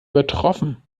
übertroffen